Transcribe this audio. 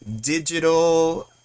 digital